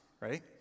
right